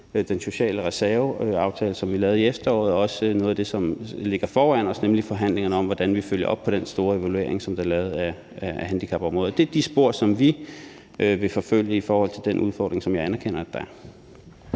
den sociale reserve-aftale, som vi lavede i efteråret, og også noget af det, som ligger foran os, nemlig forhandlingerne om, hvordan vi følger op på den store evaluering af handicapområdet, som blev lavet. Og det er de spor, som vi vil forfølge i forhold til den udfordring, som jeg anerkender der er.